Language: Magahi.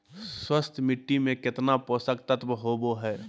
स्वस्थ मिट्टी में केतना पोषक तत्त्व होबो हइ?